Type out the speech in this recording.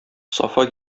сафа